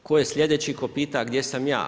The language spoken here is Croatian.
Tko je sljedeći tko pita, a gdje sam ja?